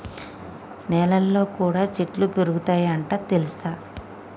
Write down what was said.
నెలల్లో కూడా చెట్లు పెరుగుతయ్ అంట తెల్సా